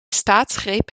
staatsgreep